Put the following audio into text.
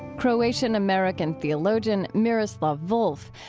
croatian-american theologian miroslav volf.